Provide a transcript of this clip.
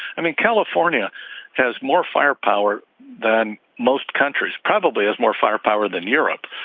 i mean california has more firepower than most countries probably has more firepower than europe.